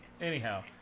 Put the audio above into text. Anyhow